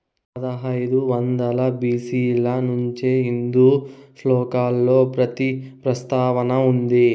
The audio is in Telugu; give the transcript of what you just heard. పదహైదు వందల బి.సి ల నుంచే హిందూ శ్లోకాలలో పత్తి ప్రస్తావన ఉంది